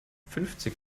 fünfzig